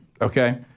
Okay